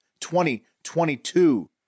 2022